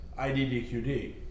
IDDQD